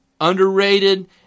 underrated